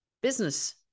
business